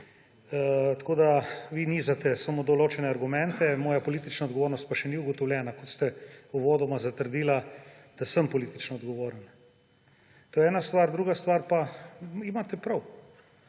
Tako da vi nizate samo določene argumente, moja politična odgovornost pa še ni ugotovljena – ker ste uvodoma zatrdili, da sem politično odgovoren. To je ena stvar. Druga stvar. Imate prav.